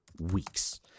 weeks